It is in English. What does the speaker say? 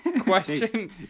Question